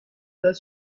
does